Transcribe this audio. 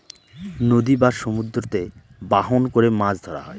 নদী বা সমুদ্রতে বাহন করে মাছ ধরা হয়